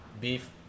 beef